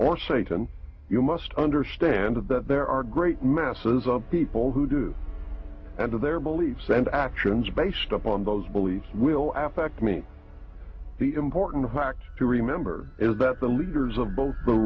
or satan you must understand that there are great masses of people who do and do their beliefs and actions based upon those beliefs will f x me the important fact to remember is that the leaders of both